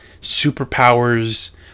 superpowers